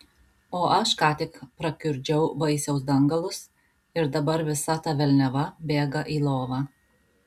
o aš ką tik prakiurdžiau vaisiaus dangalus ir dabar visa ta velniava bėga į lovą